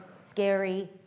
scary